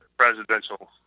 Presidential